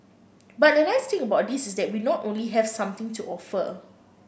but the nice thing about this is that we not only have something to offer